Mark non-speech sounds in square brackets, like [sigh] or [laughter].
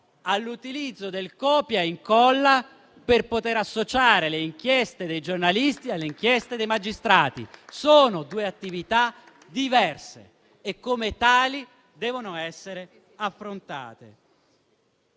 all'utilizzo del "copia incolla" per poter associare le inchieste dei giornalisti alle inchieste dei magistrati. [applause] Sono due attività diverse e come tali devono essere affrontate.